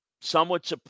Somewhat